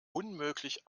unmöglich